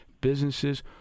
businesses